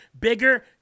Bigger